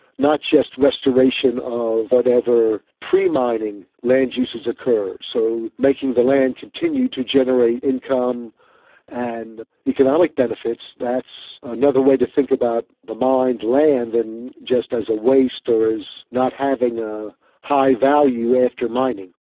not just restoration of whatever pre-mining land uses occur. so making the land continue to generate income and economic benefits, that's another way to think about the mined land than just as a waste or as not having a high value after mining.